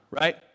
right